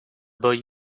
boy